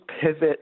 pivot